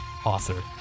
Author